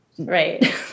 Right